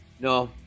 no